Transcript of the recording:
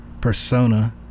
persona